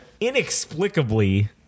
inexplicably